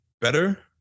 better